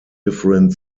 different